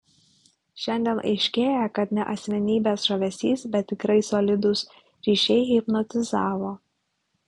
šiandien aiškėja kad ne asmenybės žavesys bet tikrai solidūs ryšiai hipnotizavo